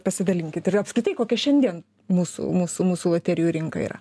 pasidalinkit ir apskritai kokia šiandien mūsų mūsų mūsų loterijų rinka yra